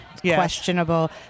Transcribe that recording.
Questionable